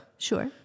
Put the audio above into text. Sure